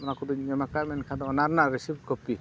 ᱚᱱᱟ ᱠᱚᱫᱚᱧ ᱮᱢ ᱟᱠᱟᱫᱟ ᱮᱱᱠᱷᱟᱱ ᱚᱱᱟ ᱨᱮᱱᱟᱜ